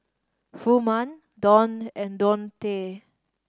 Furman Donn and Deontae